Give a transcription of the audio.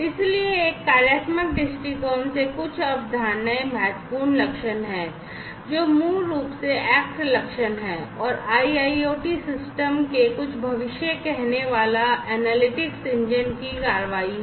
इसलिए एक कार्यात्मक दृष्टिकोण से कुछ अवधारणाएं महत्वपूर्ण लक्षण हैं जो मूल रूप से एक्ट लक्षण हैं और IIoT सिस्टम के कुछ भविष्य कहनेवाला एनालिटिक्स इंजन की कार्रवाई है